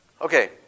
Okay